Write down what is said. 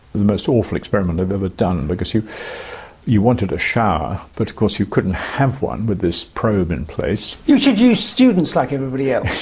the most awful experiment i've ever done because you you wanted a shower but of course you couldn't have one with this probe in place. you should use students like everybody else.